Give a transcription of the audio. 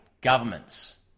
Governments